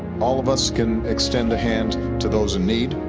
all of us can extend the hand to those in need.